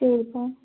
சரிப்பா